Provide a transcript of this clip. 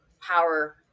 power